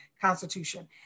Constitution